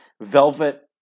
Velvet